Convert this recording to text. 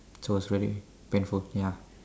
cause it's very painful ya